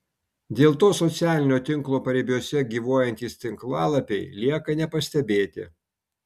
dėl to socialinio tinklo paribiuose gyvuojantys tinklalapiai lieka nepastebėti